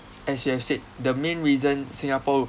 as you have said the main reason singapore